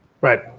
right